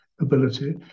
ability